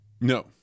no